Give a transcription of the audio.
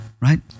right